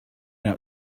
out